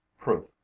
proof